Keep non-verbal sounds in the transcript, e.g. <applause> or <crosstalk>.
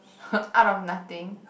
<laughs> out of nothing